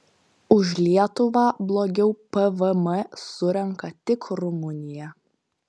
už lietuvą blogiau pvm surenka tik rumunija